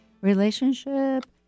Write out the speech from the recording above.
relationship